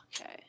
Okay